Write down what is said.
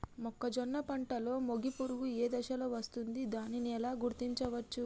మొక్కజొన్న పంటలో మొగి పురుగు ఏ దశలో వస్తుంది? దానిని ఎలా గుర్తించవచ్చు?